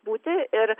būti ir